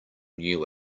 knew